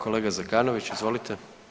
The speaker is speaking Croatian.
Kolega Zekanović izvolite.